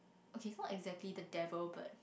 okay not exactly the devil but